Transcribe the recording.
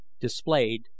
displayed